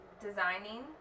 designing